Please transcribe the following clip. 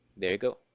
there you go,